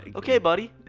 yeah okay, buddy!